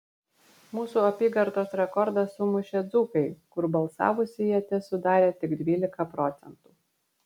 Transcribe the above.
mūsų apygardos rekordą sumušė dzūkai kur balsavusieji tesudarė tik dvylika procentų